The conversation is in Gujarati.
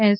એસ